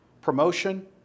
promotion